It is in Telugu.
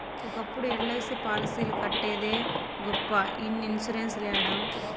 ఒకప్పుడు ఎల్.ఐ.సి పాలసీలు కట్టేదే గొప్ప ఇన్ని ఇన్సూరెన్స్ లేడ